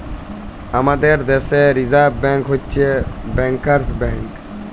আমাদের দ্যাশে reserve bank হছে ব্যাংকার্স ব্যাংক